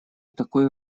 такой